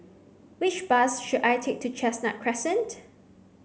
which bus should I take to Chestnut Crescent